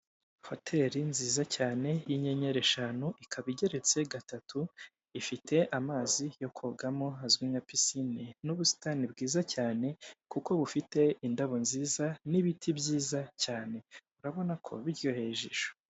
Hoteri nziza cyane y'inyenyeri eshanu ikaba igeretse gatatu ifite amazi yo kogamo azwi nka pisine n'ubusitani bwiza cyane, kuko bufite indabo nziza n'ibiti byiza cyane urabona ko biryoheye ijisho.